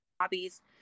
hobbies